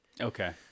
Okay